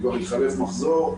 כי גם התחלף מחזור.